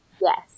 Yes